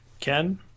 Ken